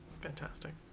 Fantastic